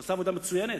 שעשה עבודה מצוינת.